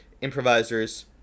improvisers